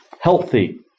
healthy